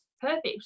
perfect